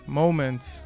moments